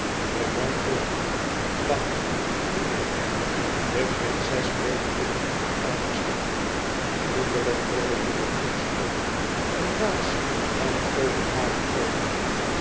de man boog bang verdween e ids aargang e prinses bleef midden in de kamer staan troebeler borrelde de angst op een waas kwam over hare oogen